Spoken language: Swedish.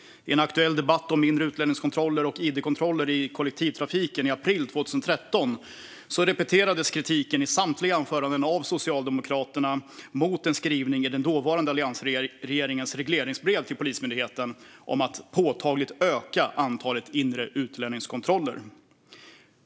I en aktuell debatt om inre utlänningskontroller och id-kontroller i kollektivtrafiken i april 2013 repeterades kritiken i samtliga anföranden av Socialdemokraterna mot en skrivning i den dåvarande alliansregeringens regleringsbrev till Polismyndigheten om att påtagligt öka antalet inre utlänningskontroller.